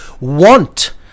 Want